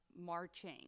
marching